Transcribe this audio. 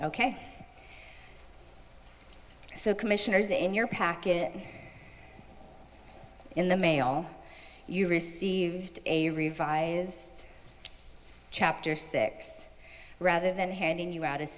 ok so commissioners in your packet in the mail you received a revised chapter six rather than handing you out